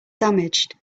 damaged